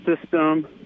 system